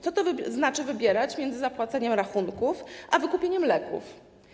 Co to znaczy wybierać między zapłaceniem rachunków a wykupieniem leków?